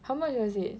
how much was it